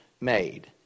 made